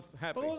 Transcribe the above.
happy